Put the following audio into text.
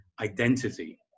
identity